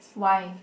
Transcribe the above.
why